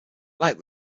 like